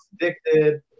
addicted